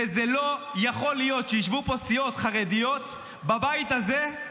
ולא יכול להיות שישבו פה סיעות חרדיות בבית הזה,